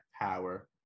power